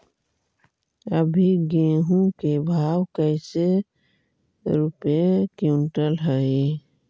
अभी गेहूं के भाव कैसे रूपये क्विंटल हई?